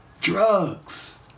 drugs